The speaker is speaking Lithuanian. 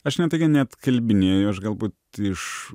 aš ne tai kad neatkalbinėju aš galbūt iš